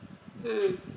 mm